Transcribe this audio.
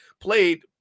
played